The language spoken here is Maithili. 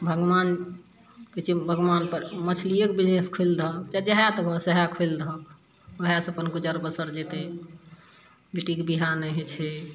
भगवान कहय छियै भगवानपर मछलियेके बिजनेस खोलि दहक चाहे जएहे के हुए सएहे खोलि दहक ओहेसँ अपन गुजर बसर जेतय बेटिके बियाह नहि होइ छै